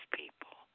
people